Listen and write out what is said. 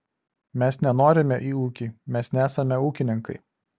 mes nenorime į ūkį mes nesame ūkininkai